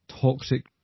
toxic